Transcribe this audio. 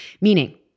meaning